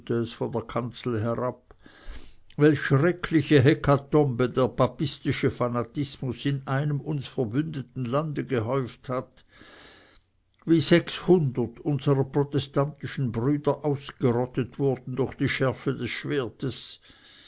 von der kanzel herab welch schreckliche hekatombe der papistische fanatismus in einem uns verbündeten lande gehäuft hat wie sechshundert unsrer protestantischen brüder ausgerottet wurden durch die schärfe des schwertes